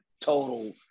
total